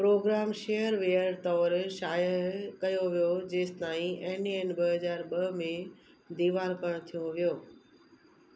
programme shareware तौर शाया कयो वियो जेसिताईं एन ऐ एन ॿ हज़ार ॿ में दिवाकण थियो वियो